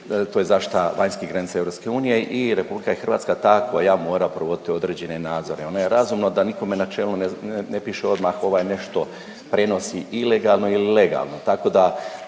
to je zaštita vanjskih granica EU i RH je ta koja mora provoditi određene nadzore. Ono je razumno da nikome na čelu ne piše odmah ovaj nešto prenosi ilegalno ili legalno